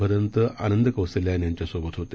भदंत आनंद कौशल्यन यांच्या सोबत होते